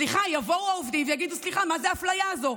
יבואו העובדים ויגידו: סליחה, מה זה האפליה הזו?